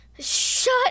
shut